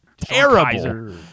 terrible